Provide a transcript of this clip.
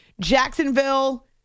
Jacksonville